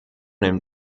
den